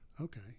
okay